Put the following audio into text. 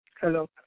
Hello